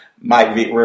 Mike